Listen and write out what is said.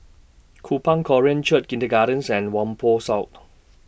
Kupang Korean Church Kindergartens and Whampoa South